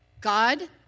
God